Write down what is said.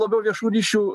labiau viešų ryšių